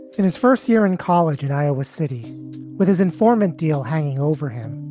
in his first year in college in iowa city with his informant deal hanging over him.